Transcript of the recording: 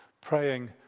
praying